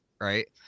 right